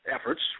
efforts